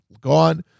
gone